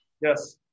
Yes